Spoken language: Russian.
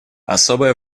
особое